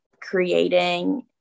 creating